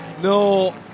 No